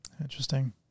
Interesting